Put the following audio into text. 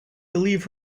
believe